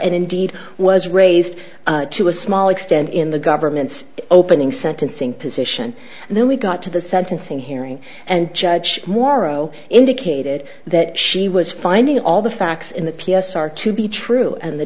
indeed was raised to a small extent in the government's opening sentencing position and then we got to the sentencing hearing and judge morrow indicated that she was finding all the facts in the p s r to be true and the